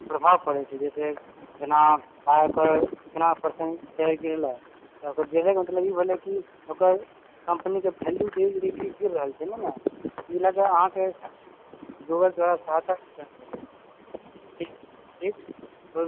प्रभाव पड़ै छै जैसे जेना ओकर कितना पर्सेंट शेयर गिरलै गिरलैके मतलब ई भेलै कि ओकर कम्पनीके वैल्यू देल गेलए गिर रहल छै ने ओहिमे ई लएके अहाँके दू बेर चारि बेर घाटा सहए पड़त ठीक ठीक